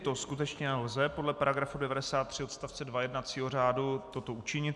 To skutečně lze podle § 93 odst. 2 jednacího řádu učinit.